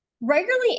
Regularly